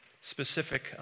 specific